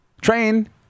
train